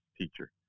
teacher